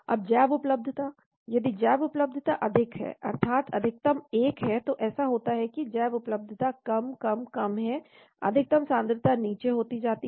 अब जैवउपलब्धता यदि जैवउपलब्धता अधिक है अर्थात अधिकतम 1 है तो ऐसा होता है कि जैवउपलब्धता कम कम कम है अधिकतम सांद्रता नीचे होती जाती है